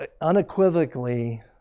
unequivocally